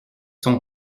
son